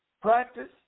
practice